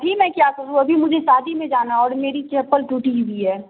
جی میں کیا کروں ابھی مجھے شادی میں جانا اور میری چپل ٹوٹی ہوئی ہے